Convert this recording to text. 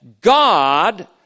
God